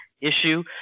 issue